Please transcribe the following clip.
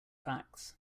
facts